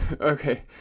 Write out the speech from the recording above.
Okay